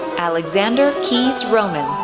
alexander keys roman,